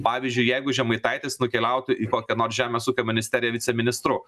pavyzdžiui jeigu žemaitaitis nukeliautų į kokią nors žemės ūkio ministeriją viceministru